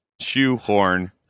shoehorn